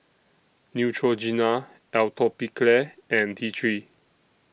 Neutrogena Atopiclair and T three